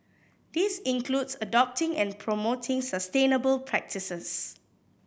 this includes adopting and promoting sustainable practices